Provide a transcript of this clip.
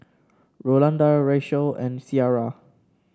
Rolanda Rachelle and Ciara